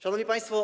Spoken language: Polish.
Szanowni Państwo!